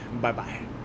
bye-bye